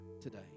today